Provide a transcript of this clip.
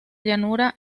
llanura